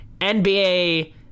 NBA